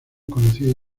conocida